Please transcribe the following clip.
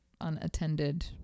unattended